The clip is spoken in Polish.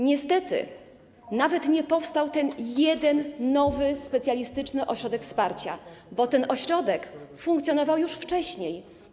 Niestety nie powstał nawet ten jeden nowy specjalistyczny ośrodek wsparcia, bo ten ośrodek funkcjonował już wcześniej.